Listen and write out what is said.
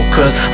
Cause